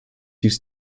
use